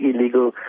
illegal